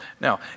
Now